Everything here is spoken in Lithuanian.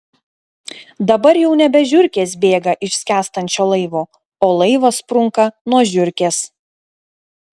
dabar jau nebe žiurkės bėga iš skęstančio laivo o laivas sprunka nuo žiurkės